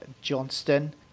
Johnston